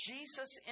Jesus